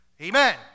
Amen